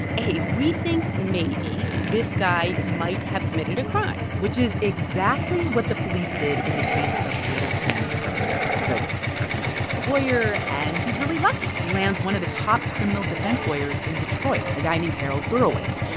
we think maybe this guy might have committed a crime which is exactly what the police did in the case of little tim carpenter. so carpenter gets a lawyer, and he's really lucky. he lands one of the top criminal defense lawyers in detroit, a guy named harold gurewitz.